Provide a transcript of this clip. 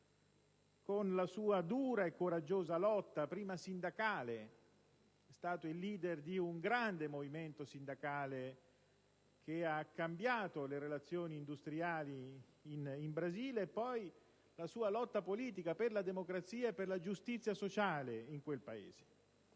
per la sua dura e coraggiosa lotta, prima sindacale - è stato il *leader* di un grande movimento sindacale che ha cambiato le relazioni industriali in Brasile - e poi politica, per la democrazia e la giustizia sociale in quel Paese.